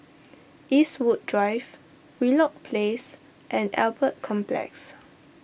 Eastwood Drive Wheelock Place and Albert Complex